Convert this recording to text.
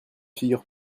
figure